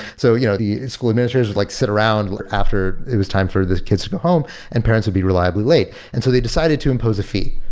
so you know the school administers would like sit around after it was time for the kids to go home and parents would be reliably late. and so they decided to impose a fee,